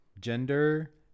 gender